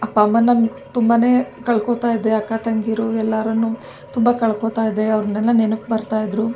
ಅಪ್ಪ ಅಮ್ಮ ನಮ್ಮ ತುಂಬನೇ ಕಳ್ಕೊಳ್ತಾ ಇದ್ದೆ ಅಕ್ಕ ತಂಗೀರು ಎಲ್ಲರೂನು ತುಂಬ ಕಳ್ಕೊಳ್ತಾ ಇದ್ದೆ ಅವ್ರನ್ನೆಲ್ಲ ನೆನಪು ಬರ್ತಾಯಿದ್ರು